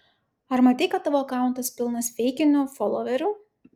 ar matei kad tavo akauntas pilnas feikinių foloverių